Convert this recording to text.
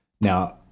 Now